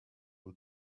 you